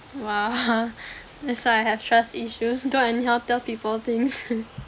!wah! that's why I have trust issues don't anyhow tell people things